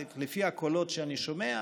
ולפי הקולות שאני שומע: